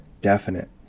definite